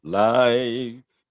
life